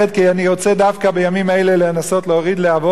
כי אני רוצה דווקא בימים אלה לנסות להוריד להבות,